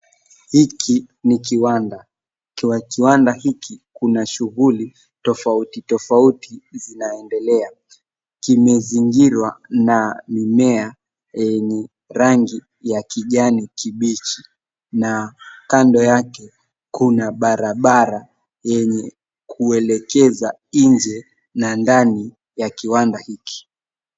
Hiki ni kiwanda. Kwa kiwanda hiki, kuna shughuli tofauti tofauti zinaendelea. Kimezingirwa na mimea yenye rangi ya kijani kibichi na kando yake kuna barabara yenye kuelekeza nje na ndani ya kiwanda hiki.